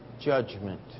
judgment